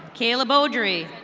caleb odrie.